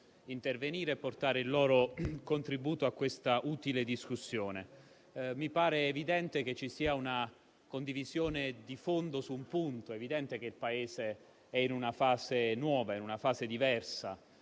intervenire e portare il loro contributo a questa utile discussione. Mi pare evidente che ci sia una condivisione di fondo su un punto: è evidente che il Paese è in una fase nuova ed in una fase diversa.